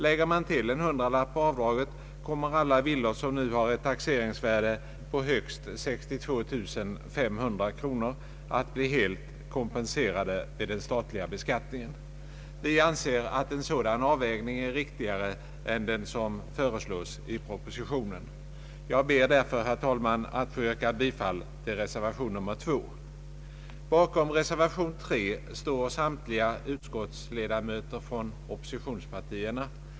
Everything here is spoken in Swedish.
Lägger man till en hundralapp på avdraget kommer alla villor, som nu har ett taxeringsvärde på högst 62 500 kronor, att bli helt kompenserade vid den statliga beskattningen. Vi anser att en sådan avvägning är riktigare än den som föreslås i propositionen. Jag ber därför, herr talman, att få yrka bifall till reservation 2. Bakom reservation 3 står samtliga ledamöter från oppositionspartierna.